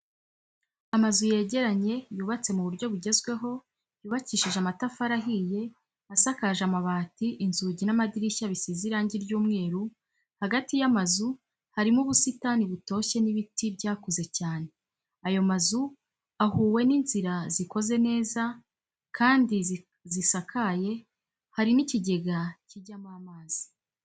Amazu yegeranye yubatse mu buryo bugezweho yubakishije amtafari ahiye asakaje amabati inzugi n'amadirishya bisize irangi ry'umweru, hagati y'amazu harimo ubusitani butoshye n'ibiti byakuze cyane, ayo mazu ahuwe n'inzira zikoze neza kandi zisakaye, hari n'ikigega kijyamo amazi.